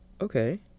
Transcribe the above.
Okay